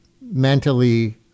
mentally